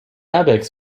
airbags